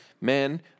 Men